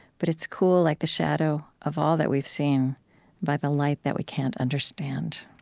but it's cool like the shadow of all that we've seen by the light that we can't understand.